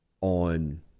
on –